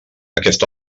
aquest